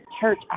church